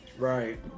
right